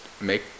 make